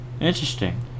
interesting